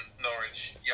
Norwich